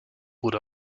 wurde